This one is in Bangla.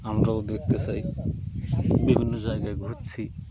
আমরাও দেখতে চাই বিভিন্ন জায়গায় ঘুুরছি